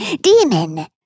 Demon